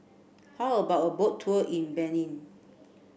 how about a boat tour in Benin